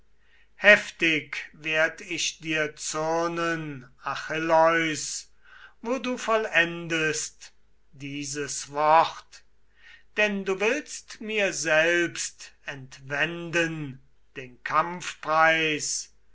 heftig werd ich dir zürnen achilleus wo du vollendest dieses wort denn du willst mir selbst entwenden den